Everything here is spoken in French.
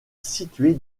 située